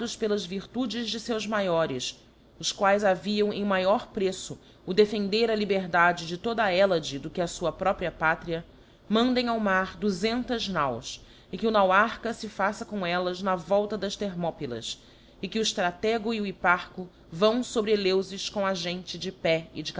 pelas virtudes de feus maiores os quaes haviam em maior preço o defender a liberdade de toda a hellade do que a fua própria pátria mandem ao mar duzentas naus e que o nauarcha fe faça com ellas na volta das thermopylas e que o ftratego e o hipparch o vão fobre eleufis com a gente de pé